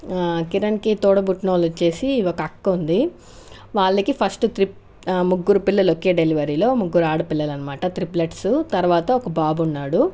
కిరణ్కి తోడబుట్టిన వాళ్ళు వచ్చి ఒక అక్క ఉంది వాళ్ళకి ఫస్ట్ త్రీ ముగ్గరు పిల్లలు ఒకే డెలివరీలో ముగ్గురు ఆడపిల్లలు అన్నమాట త్రిప్లెట్సు తరువాత ఒక బాబున్నాడు